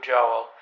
Joel